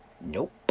Nope